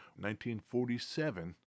1947